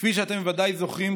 כפי שאתם ודאי זוכרים,